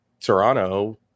Toronto